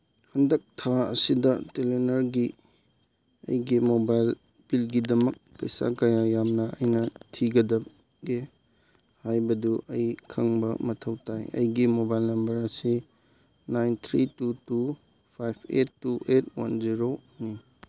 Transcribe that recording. ꯍꯟꯗꯛ ꯊꯥ ꯑꯁꯤꯗ ꯇꯦꯂꯦꯅꯔꯒꯤ ꯑꯩꯒꯤ ꯃꯣꯕꯥꯏꯜ ꯕꯤꯜꯒꯤꯗꯃꯛ ꯄꯩꯁꯥ ꯀꯌꯥ ꯌꯥꯝꯅ ꯑꯩꯅ ꯊꯤꯒꯗꯒꯦ ꯍꯥꯏꯕꯗꯨ ꯑꯩ ꯈꯪꯕ ꯃꯊꯧ ꯇꯥꯏ ꯑꯩꯒꯤ ꯃꯣꯕꯥꯏꯜ ꯅꯝꯕꯔ ꯑꯁꯤ nine three two two five eight two eight one ꯖꯦꯔꯣꯅꯤ